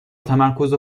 تمرکز